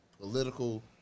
political